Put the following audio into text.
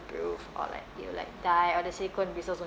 or like it will like die or the silicon bristles won't